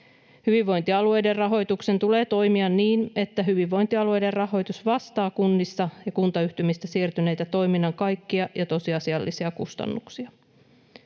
Hyvinvointialueiden rahoituksen tulee toimia niin, että hyvinvointialueiden rahoitus vastaa kunnista ja kuntayhtymistä siirtyneitä toiminnan kaikkia ja tosiasiallisia kustannuksia.